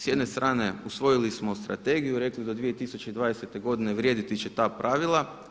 S jedne strane usvojili smo Strategiju, rekli do 2020. godine vrijediti će ta pravila.